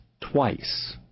twice